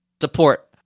support